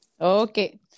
okay